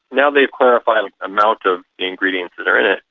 now they've clarified the amount of the ingredients that are in it,